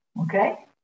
okay